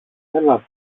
έλα